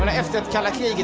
half deaf,